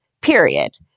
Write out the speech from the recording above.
period